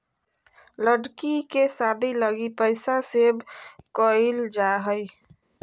लड़की के शादी लगी पैसा सेव क़इल जा हइ